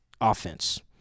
offense